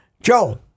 Joe